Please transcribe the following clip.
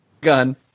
Gun